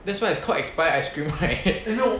that's why it's called expired ice cream right